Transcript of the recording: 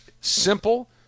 simple